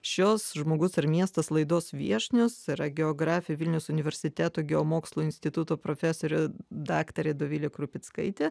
šios žmogus ir miestas laidos viešnios yra geografė vilniaus universiteto geomokslų instituto profesorė daktarė dovilė krupickaitė